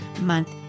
month